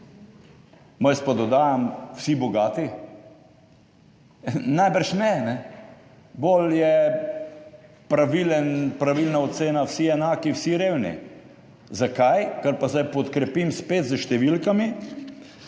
jaz pa dodajam: vsi bogati najbrž ne. Bolj je pravilen, pravilna ocena vsi enaki, vsi revni. Zakaj? Kar pa zdaj podkrepim spet s številkami.